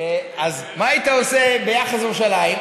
מה היית עושה ביחס לירושלים?